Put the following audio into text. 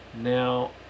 Now